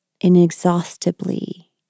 inexhaustibly